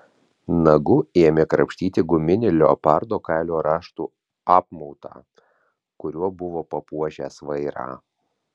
nagu ėmė krapštyti guminį leopardo kailio raštų apmautą kuriuo buvo papuošęs vairą